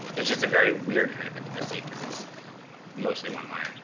it's just a very weird kind of intimacy, because it's mostly one-way.